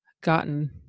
gotten